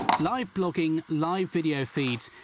live-blogging, live video feeds.